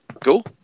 Cool